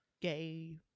gay